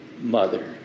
mother